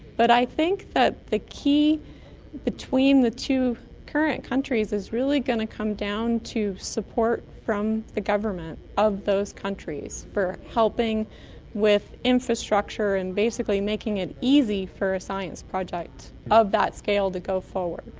but i think that the key between the two current countries is really going to come down to support from the government of those countries for helping with infrastructure and basically making it easy for a science project of that scale to go forward.